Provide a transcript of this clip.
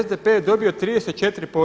SDP je dobio 34%